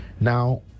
Now